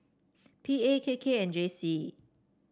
P A K K and J C